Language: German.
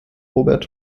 robert